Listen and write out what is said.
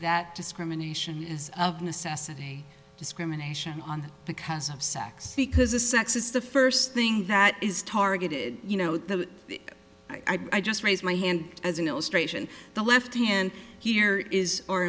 that discrimination is of necessity discrimination on because of sex because a sex is the first thing that is targeted you know that i just raise my hand as an illustration the left hand here is o